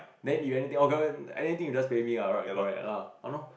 then you anything okay anything you just pay me ah right correct lah [anor]